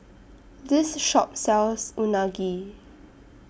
This Shop sells Unagi